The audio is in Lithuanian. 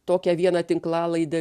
tokią vieną tinklalaidę